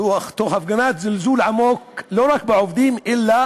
תוך הפגנת זלזול עמוק, לא רק בעובדים אלא